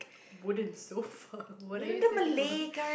wooden sofa what are you sitting on